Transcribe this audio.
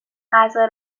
غذا